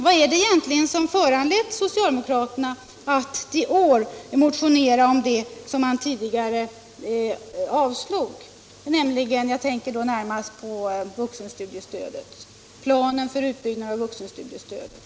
Vad är det egentligen som föranleder socialdemokraterna att i år motionera om det som man tidigare avslagit? Jag tänker då närmast på planen för utbyggnad av vuxenstudiestödet.